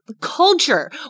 culture